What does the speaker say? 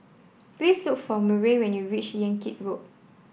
please look for Murray when you reach Yan Kit Road